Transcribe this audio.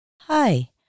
Hi